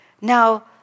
Now